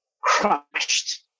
crushed